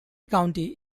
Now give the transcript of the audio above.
county